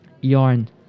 Yarn